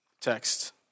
text